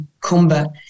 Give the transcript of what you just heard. combat